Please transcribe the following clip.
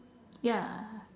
ya